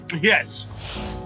yes